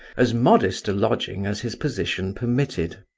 as modest a lodging as his position permitted.